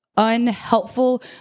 Unhelpful